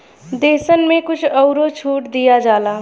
देसन मे कुछ अउरो छूट दिया जाला